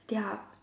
they are